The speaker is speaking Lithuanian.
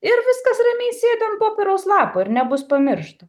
ir viskas ramiai sėdi an popieriaus lapo ir nebus pamiršta